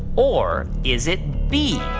or is it b.